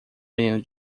menino